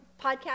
podcast